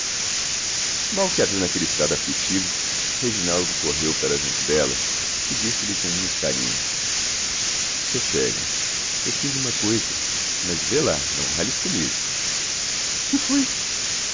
mal que a viu naquele estado aflitivo reginaldo correu para junto dela e disse-lhe com muito carinho sossega eu fiz uma coisa mas vê lá não ralhes comigo que foi